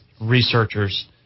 researchers